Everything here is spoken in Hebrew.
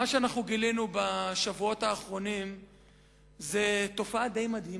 מה שגילינו בשבועות האחרונים זה תופעה די מדהימה.